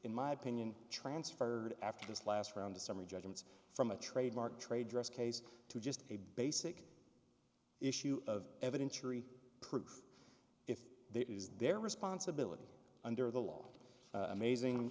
in my opinion transferred after this last round of summary judgements from a trademark trade dress case to just a basic issue of evidence if there is their responsibility under the law amazing